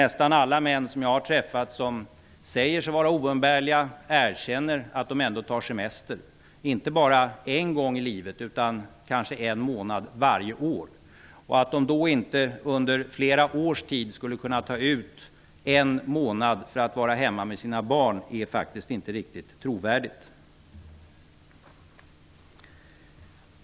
Nästan alla män jag har träffat som säger sig vara oumbärliga erkänner att de ändå tar semester -- inte bara en gång i livet, utan kanske en månad varje år. Att de då inte under flera års tid skulle kunna ta ut en månad för att vara hemma med sina barn är faktiskt inte riktigt trovärdigt.